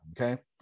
Okay